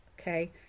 Okay